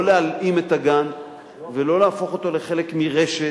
לא להלאים את הגן ולא להפוך אותו לחלק מרשת.